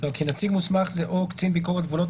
כי נציג מוסמך זה או קצין ביקורת גבולות,